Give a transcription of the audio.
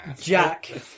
Jack